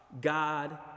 God